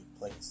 place